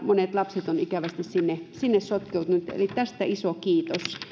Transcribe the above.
monet lapset ovat ikävästi sinne sinne sotkeutuneet eli tästä iso kiitos kiitos